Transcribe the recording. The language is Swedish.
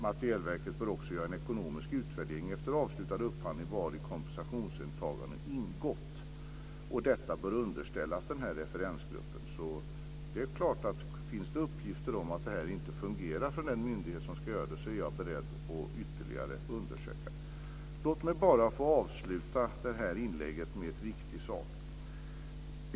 Materielverket bör också göra en ekonomisk utvärdering efter avslutad upphandling vari kompensationsåtagandet ingått. Och detta bör underställas den här referensgruppen. Det är klart att om det finns uppgifter om att det här inte fungerar för den myndighet som ska göra detta är jag beredd att ytterligare undersöka det här. Låt mig bara få avsluta det här inlägget med en viktig sak.